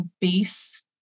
base